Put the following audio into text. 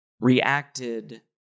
reacted